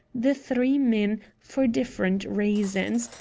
the three men, for different reasons,